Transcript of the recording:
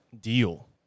deal